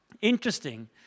interesting